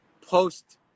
post